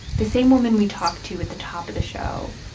the same woman we talked to at the top of the show.